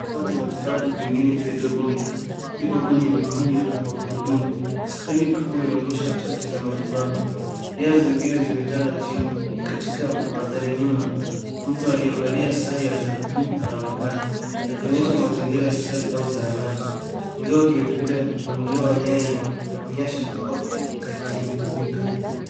Kifaa cha matibabu pengine fetal monitor kipo kwenye miguu ya magurudumu. Skrini kubwa inaonyesha chati za matibabu. Nyaya zingine zimetanda chini katika mandhari nyuma mtu aliyevalia sare za bluu anaonekana, akionyesha mazingira ya hospitali au zahanati. Ingawa kimetulia mpangilio wa nyaya inaonyesha kuwa kimetumika.